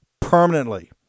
permanently